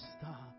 stop